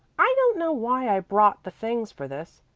i don't know why i brought the things for this.